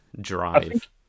drive